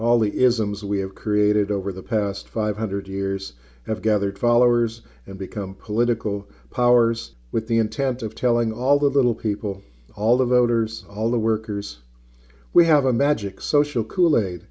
all the isms we have created over the past five hundred years have gathered followers and become political powers with the intent of telling all the little people all the voters all the workers we have a magic social kool aid